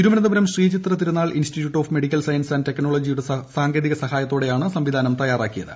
Thiruvananthapuram Sree Chitra Tirunal Institute of Medical Science and ടെക്നോളജിയുടെ സാങ്കേതിക സഹായത്തോടെയാണ് സംവിധാനം തയ്യാറാക്കിയത്